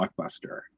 blockbuster